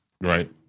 Right